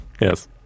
Yes